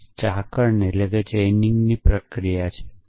આ પાછલા સાંકળની પ્રક્રિયા છે